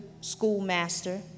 schoolmaster